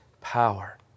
power